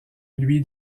luy